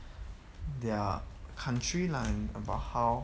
their country lah about how